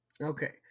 Okay